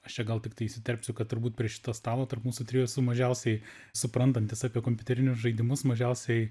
aš čia gal tiktai įsiterpsiu kad turbūt prie šito stalo tarp mūsų trijų esu mažiausiai suprantantis apie kompiuterinius žaidimus mažiausiai